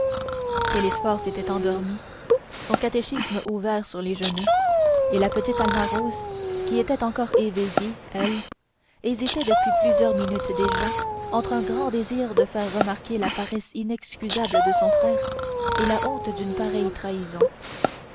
télesphore s'était endormi son catéchisme ouvert sur les genoux et la petite alma rose qui était encore éveillée elle hésitait depuis plusieurs minutes déjà entre un grand désir de faire remarquer la paresse inexcusable de son frère et la honte d'une pareille trahison